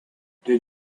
did